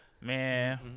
man